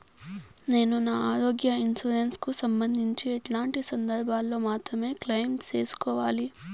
నేను నా ఆరోగ్య ఇన్సూరెన్సు కు సంబంధించి ఎట్లాంటి సందర్భాల్లో మాత్రమే క్లెయిమ్ సేసుకోవాలి?